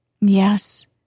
Yes